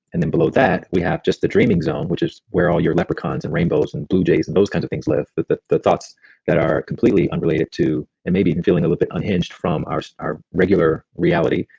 and then below that, we have just the dreaming zone, which is where all your leprechauns and rainbows and blue jays and those kinds of things live. but the the thoughts that are completely unrelated to. and maybe even feeling a little bit unhinged from our our regular reality.